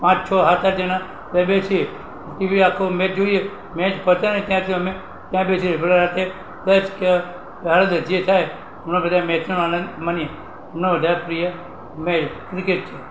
પાંચ છો સાત આઠ જણા ત્યાં બેસીએ ટીવી આખો મેચ જોઈએ મેચ પતે નહીં ત્યાં સુધી અમે ત્યાં બેસી રહીએ ભલે રાત્રે દસ કે સાડા દસ જે થાય અમે બધા મેચનો આનંદ માણીએ અમને વધારે પ્રિય મેચ ક્રિકેટ છે